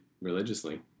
religiously